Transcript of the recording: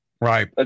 Right